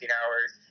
hours